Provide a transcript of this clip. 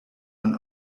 man